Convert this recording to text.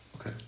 Okay